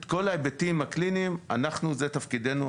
כל ההיבטים הקליניים זה תפקידינו,